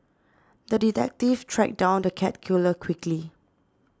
the detective tracked down the cat killer quickly